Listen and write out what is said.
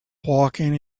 walking